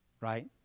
Right